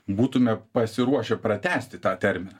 būtumėme pasiruošę pratęsti tą terminą